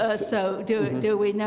ah so do do we?